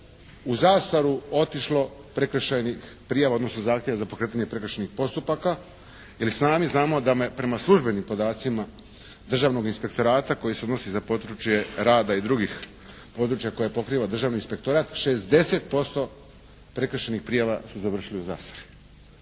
u zastaru otišlo prekršajnih prijava, odnosno zahtjeva za pokretanje prekršajnih postupaka, jer i sami znamo da prema službenim podacima državnog inspektorata koji se odnosi za područje rada i drugih područja koje pokriva državni inspektorat, 60% prekršajnih prijava su završili u zastari.